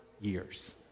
years